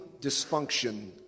dysfunction